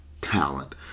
talent